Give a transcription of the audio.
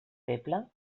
feble